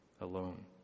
alone